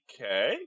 Okay